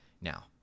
Now